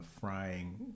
frying